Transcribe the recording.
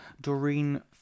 Doreen